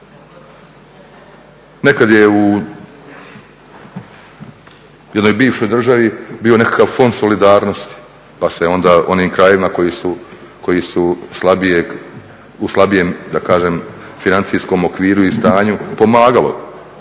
Nekad je u jednoj bivšoj državi bio nekakav Fond solidarnosti pa se onda onim krajevima koji su u slabijem da kažem financijskom okviru i stanju pomagalo.